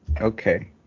okay